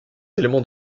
éléments